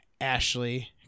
Ashley